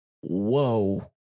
Whoa